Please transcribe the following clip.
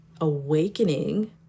awakening